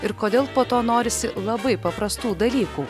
ir kodėl po to norisi labai paprastų dalykų